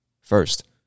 first